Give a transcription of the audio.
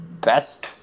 best